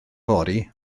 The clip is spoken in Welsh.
fory